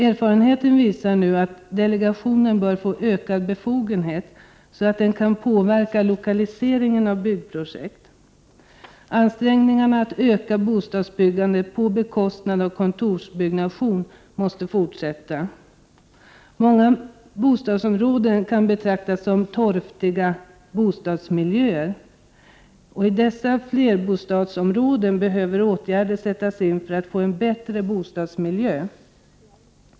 Erfarenheten visar nu att delegationen bör få ökad befogenhet, så att den kan påverka lokaliseringen av byggprojekt. Ansträngningarna att öka bostadsbyggandet på bekostnad av kontorsbyggnation måste fortsätta. Många bostadsområden kan betraktas som torftiga bostadsmiljöer. I dessa flerbostadsområden behöver åtgärder sättas in för att de boende skall få en bättre bostadsmiljö.